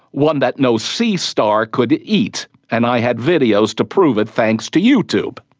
one that no sea star could eat, and i had videos to prove it thanks to youtube.